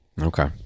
Okay